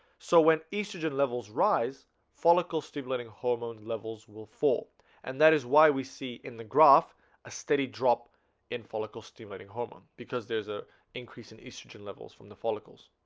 so when estrogen levels rise follicle stimulating hormone levels will fall and that is why we see in the graph a steady drop in follicle stimulating hormone because there's a increase in estrogen levels from the follicles